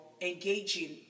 engaging